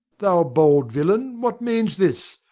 thou bold villain, what means this?